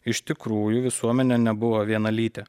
iš tikrųjų visuomenė nebuvo vienalytė